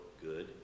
good